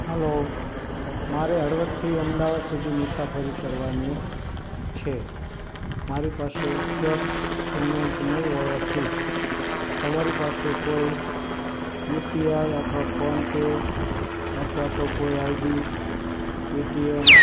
hello મારે હળવદથી અમદાવાદ સુધી મુસાફરી કરવાની છે મારી પાસે કેશ પેમેન્ટ નહીં હોવાથી તમારી પાસે કોઇ યુપીઆઇ અથવા ફોન પે અથવા તો કોઇ આઇડી પેટીએમ